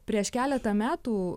prieš keletą metų